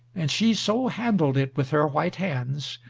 and she so handled it with her white hands,